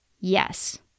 Yes